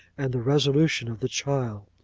and the resolution of the child.